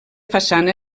façana